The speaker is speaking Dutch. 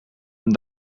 een